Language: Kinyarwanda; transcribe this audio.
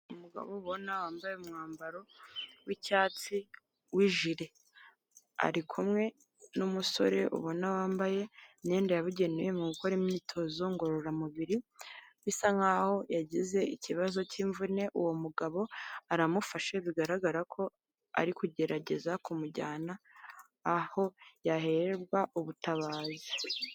Umugabo ubona wambaye umwambaro w'icyatsi w'ijire, ari kumwe n'umusore ubona wambaye imyenda yabugenewe mu gukora imyitozo ngororamubiri bisa nk'aho yagize ikibazo cy'imvune, uwo mugabo aramufashe bigaragara ko ari kugerageza kumujyana aho yahererwa ubutabazi.